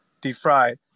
deep-fried